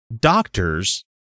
doctors